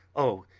oh,